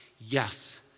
yes